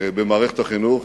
במערכת החינוך,